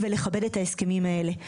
ולכבד את ההסכמים האלה.